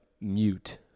mute